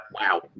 Wow